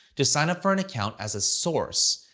just sign up for an account as a source,